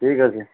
ঠিক আছে